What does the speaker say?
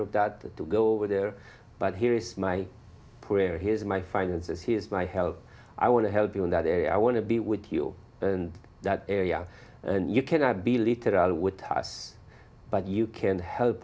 of that to go over there but here is my prayer here's my finances here's my health i want to help you in that area i want to be with you and that area and you cannot be literal with us but you can help